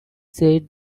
said